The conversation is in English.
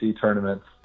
tournaments